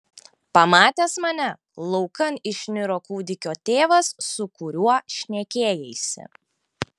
pamatęs mane laukan išniro kūdikio tėvas su kuriuo šnekėjaisi